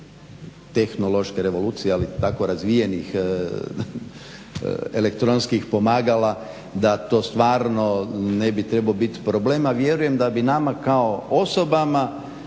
tehnološke revolucije, ali i tako razvijenih elektronskih pomagala da to stvarno ne bi trebao biti problem, a vjerujem da bi nama kao osobama